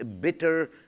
bitter